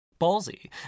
ballsy